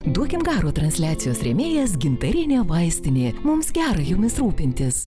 duokim garo transliacijos rėmėjas gintarinė vaistinė mums gera jumis rūpintis